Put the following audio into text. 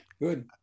Good